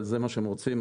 אבל אם זה מה שהם רוצים.